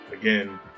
again